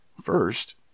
First